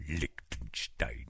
Liechtenstein